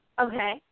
Okay